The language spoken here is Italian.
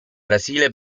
brasile